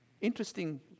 interesting